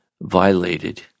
violated